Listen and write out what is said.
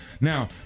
Now